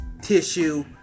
Tissue